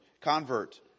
convert